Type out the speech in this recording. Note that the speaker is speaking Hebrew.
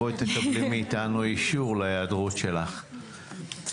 בואי וקבלי מאיתנו אישור להיעדרות שלך....